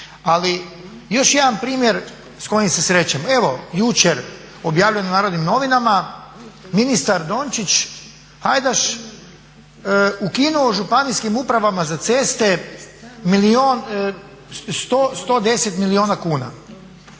Ali još jedan primjer s kojim se susrećemo. Evo jučer objavljeno u Narodnim novinama ministar Dončić Hajdaš ukinuo Županijskim upravama za ceste 110 milijuna kuna.